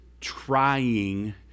trying